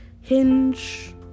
Hinge